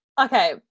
Okay